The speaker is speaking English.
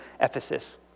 Ephesus